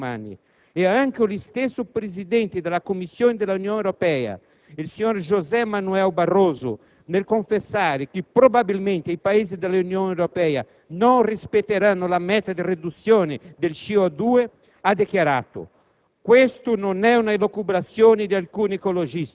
I pericoli che ci minacciano diventano patrimonio di milioni di esseri umani. Anche lo stesso presidente della Commissione dell'Unione Europea, José Manuel Barroso, nel confessare che probabilmente i Paesi dell'Unione Europea non rispetteranno la meta di riduzione di CO2,